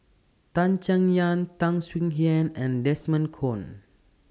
Tan Chay Yan Tan Swie Hian and Desmond Kon